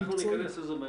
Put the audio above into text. אנחנו ניכנס לזה בהמשך.